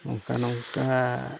ᱱᱚᱝᱠᱟ ᱱᱚᱝᱠᱟ